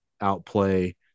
outplay